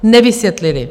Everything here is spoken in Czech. Nevysvětlili.